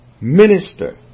minister